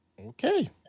Okay